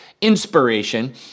inspiration